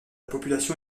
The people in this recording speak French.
population